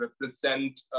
represent